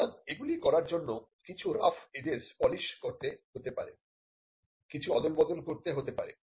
সুতরাংএগুলি করার জন্য কিছু রাফ এজেস পালিশ করতে হতে পারে কিছু অদল বদল করতে হতে পারে